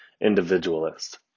individualist